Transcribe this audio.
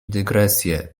dygresję